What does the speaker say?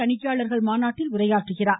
தணிக்கையாளர்கள் மாநாட்டில் உரையாற்றுகிறார்